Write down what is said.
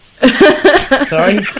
Sorry